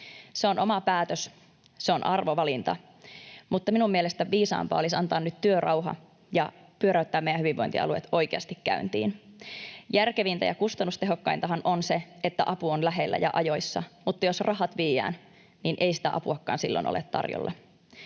Se on oma päätös, se on arvovalinta, mutta minun mielestäni viisaampaa olisi antaa nyt työrauha ja pyöräyttää meidän hyvinvointialueet oikeasti käyntiin. Järkevintä ja kustannustehokkaintahan on se, että apu on lähellä ja ajoissa, mutta jos rahat viedään, niin ei sitä apuakaan silloin ole tarjolla.